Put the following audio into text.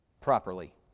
properly